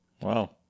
Wow